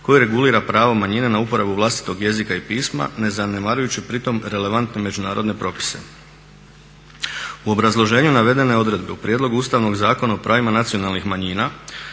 koje regulira pravo manjine na uporabu vlastitog jezika i pisma ne zanemarujući pri tome relevantne međunarodne propise. U obrazloženju navedene odredbe, u Prijedlogu ustavnog zakona o pravima nacionalnih manjina